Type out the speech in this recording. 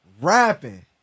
Rapping